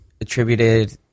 attributed